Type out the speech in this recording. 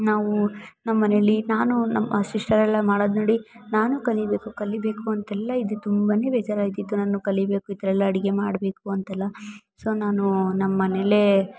ನಾವು ನಮ್ಮ ಮನೇಲಿ ನಾನು ನಮ್ಮ ಸಿಸ್ಟರೆಲ್ಲ ಮಾಡೋದ್ ನೋಡಿ ನಾನು ಕಲೀಬೇಕು ಕಲೀಬೇಕು ಅಂತೆಲ್ಲ ಇದೆ ತುಂಬ ಬೇಜಾರು ಆಯ್ತಿತ್ತು ನಾನು ಕಲೀಬೇಕು ಈ ಥರ ಎಲ್ಲ ಅಡಿಗೆ ಮಾಡಬೇಕು ಅಂತೆಲ್ಲ ಸೋ ನಾನು ನಮ್ಮ ಮನೆಲೇ